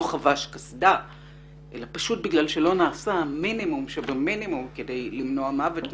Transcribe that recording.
חבש קסדה אלא פשוט בגלל שלא נעשה המינימום שבמינימום כדי למנוע מוות.